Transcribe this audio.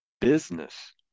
business